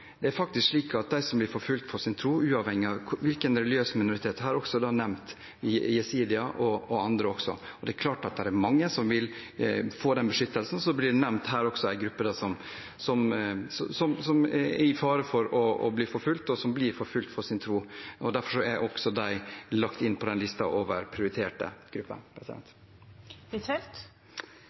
de som blir forfulgt for sin tro, uavhengig av hvilken religiøs minoritet – jeg har også nevnt jesidier og andre – er det er klart at det er mange som vil få den beskyttelsen. Så blir det nevnt her en gruppe som er i fare for å bli forfulgt, og som blir forfulgt for sin tro. Derfor er også de lagt inn på den lista over prioriterte